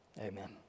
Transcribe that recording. amen